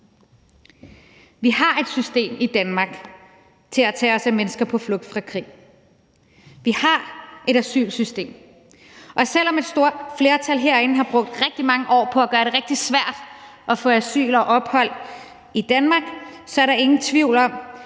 Vi har et system i Danmark til at tage os af mennesker på flugt fra krig. Vi har et asylsystem. Og selv om et stort flertal herinde har brugt rigtig mange år på at gøre det rigtig svært at få asyl og ophold i Danmark, er der ingen tvivl om,